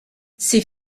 ces